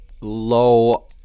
low